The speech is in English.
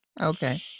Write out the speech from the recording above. Okay